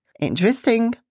Interesting